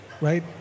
right